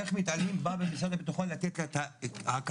איך מתעללים בה במשרד הביטחון לתת לה את ההכרה,